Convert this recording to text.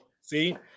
See